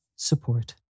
Support